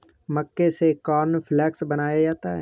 मक्के से कॉर्नफ़्लेक्स बनाया जाता है